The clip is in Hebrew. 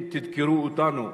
אם תדקרו אותנו,